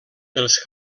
els